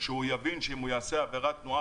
שהוא יבין שאם הוא יעשה עבירת תנועה